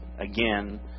again